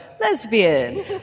lesbian